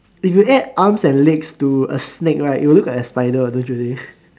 if you add arms and legs to a snake right it will look like a spider don't you think